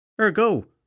Ergo